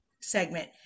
segment